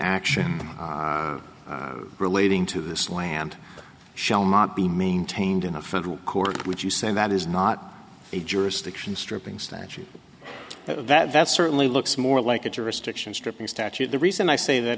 action relating to the slammed shall not be maintained in a federal court would you say that is not a jurisdiction stripping statute that certainly looks more like a jurisdiction stripping statute the reason i say that